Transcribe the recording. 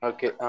Okay